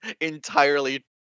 entirely